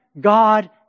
God